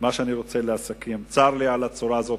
צר לי על הצורה הזאת,